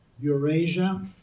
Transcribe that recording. Eurasia